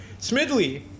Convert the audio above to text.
Smidley